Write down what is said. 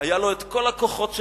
היו לו כל הכוחות שבעולם.